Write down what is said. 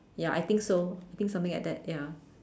ya I think so I think something like that ya